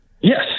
Yes